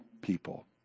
people